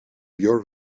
your